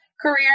Career